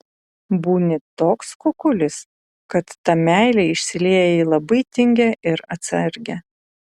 būni toks kukulis kad ta meilė išsilieja į labai tingią ir atsargią